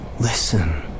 Listen